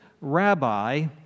rabbi